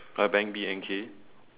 uh bank B A N K